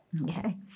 Okay